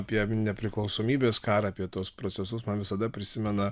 apie nepriklausomybės karą apie tuos procesus man visada prisimena